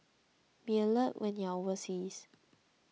be alert when you are overseas